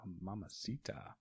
Mamacita